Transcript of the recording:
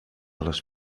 les